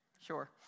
sure